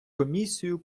комісією